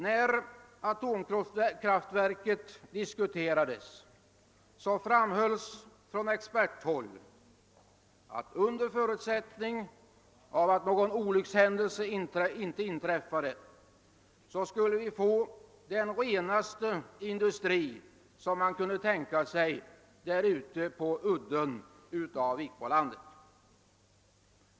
När atomkraftverket diskuterades, framhölls från experthåll att vi, under förutsättning av att någon olyckshändelse inte inträffade, skulle få den renaste industri som man kunde tänka sig därute på udden av Vikbolandet.